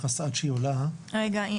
שנייה.